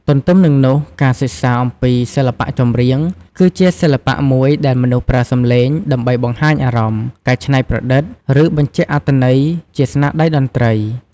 ទន្ទឹមនឹងនោះ ការសិក្សាអំពីសិល្បៈចម្រៀង គឺជាសិល្បៈមួយដែលមនុស្សប្រើសម្លេង ដើម្បីបង្ហាញអារម្មណ៍ ការច្នៃប្រឌិត ឬបញ្ជាក់អត្ថន័យជាស្នាដៃតន្ត្រី។